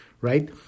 right